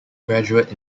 graduate